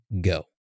go